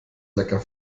lecker